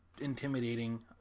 intimidating